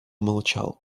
молчал